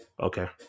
okay